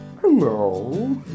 hello